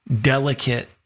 delicate